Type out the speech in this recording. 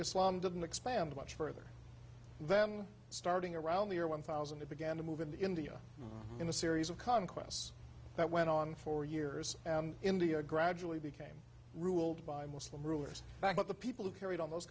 islam didn't expand much further them starting around the year one thousand it began to move in the india in a series of conquests that went on for years and india gradually became ruled by muslim rulers back but the people who carried on those